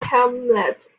hamlet